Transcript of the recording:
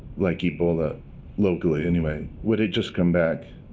like ebola locally, anyway would it just come back?